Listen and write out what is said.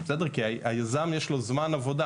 כי היזם, יש לו זמן עבודה